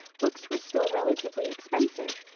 books were still relatively expensive,